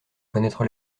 connaître